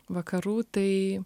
vakarų tai